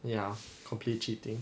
ya complete cheating